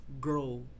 Grow